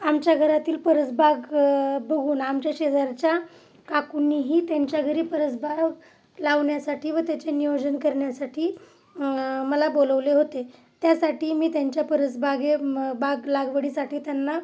आमच्या घरातील परसबाग बघून आमच्या शेजारच्या काकुनीही त्यांच्या घरी परसबाव लावण्यासाठी व त्याचे नियोजन करण्यासाठी मला बोलवले होते त्यासाठी मी त्यांच्या परसबाग बाग लागवडीसाठी त्यांना